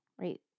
right